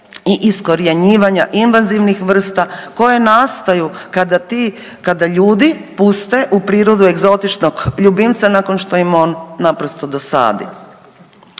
i iskorjenjivanja invazivnih vrsta koje nastaju kada ti, kada ljudi puste u prirodu egzotičnog ljubimca nakon što im on naprosto dosadi.